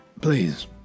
Please